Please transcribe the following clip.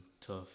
tough